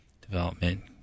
development